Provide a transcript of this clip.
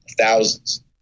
thousands